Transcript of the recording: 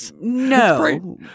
No